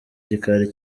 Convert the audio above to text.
gikari